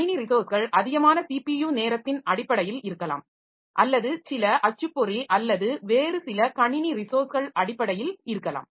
கணினி ரிசோர்ஸ்கள் அதிகமான ஸிபியு நேரத்தின் அடிப்படையில் இருக்கலாம் அல்லது சில அச்சுப்பொறி அல்லது வேறு சில கணினி ரிசோர்ஸ்கள் அடிப்படையில் இருக்கலாம்